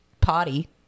potty